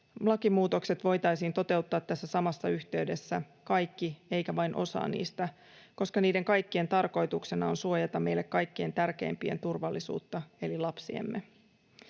lakimuutokset voitaisiin toteuttaa tässä samassa yhteydessä, kaikki eikä vain osaa niistä, koska niiden kaikkien tarkoituksena on suojata meille kaikkein tärkeimpien, eli lapsiemme,